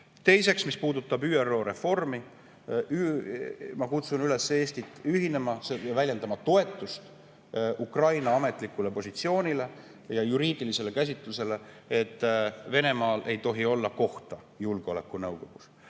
Teiseks, mis puudutab ÜRO reformi, ma kutsun üles Eestit ühinema ja väljendama toetust Ukraina ametlikule positsioonile ja juriidilisele käsitlusele, et Venemaal ei tohi olla kohta julgeolekunõukogus.